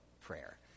prayer